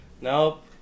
Nope